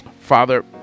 father